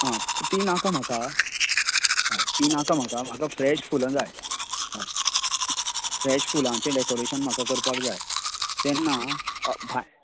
आं तीं नाका म्हाका हय तीं नाका म्हाका म्हाका फ्रेश फुलां जाय हय फ्रेश फुलांचें डेकाॅरेशन म्हाका करपाक जाय तेन्ना